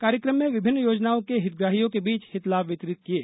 कार्यक्रम में विभिन्न योजनाओं के हितग्राहियों के बीच हितलाभ वितरित किये